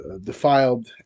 defiled